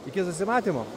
iki susimatymo